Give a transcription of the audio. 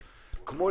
כמו,